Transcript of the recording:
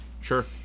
sure